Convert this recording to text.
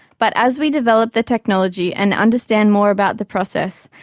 but as we develop the technology and understand more about the process,